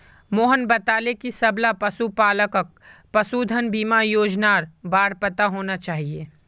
मोहन बताले कि सबला पशुपालकक पशुधन बीमा योजनार बार पता होना चाहिए